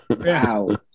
Wow